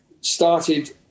started